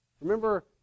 Remember